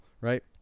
Right